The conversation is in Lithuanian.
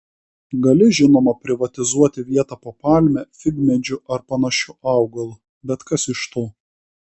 gali žinoma privatizuoti vietą po palme figmedžiu ar panašiu augalu bet kas iš to